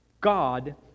God